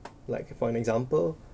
like for an example